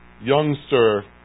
youngster